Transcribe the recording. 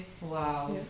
Wow